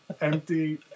empty